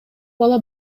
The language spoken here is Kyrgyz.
бала